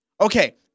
Okay